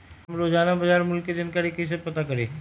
हम रोजाना बाजार मूल्य के जानकारी कईसे पता करी?